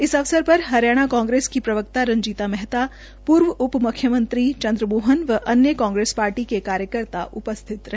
इस अवसर पर हरियाणा कांग्रेस की कांग्रेस की प्रवक्ता रंजीता मेहता पूर्व उप म्ख्यमंत्री चंद्रमोहन व अन्य कांग्रेस पार्टी के कार्यकर्ता उपस्थित रहे